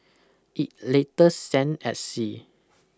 it later sank at sea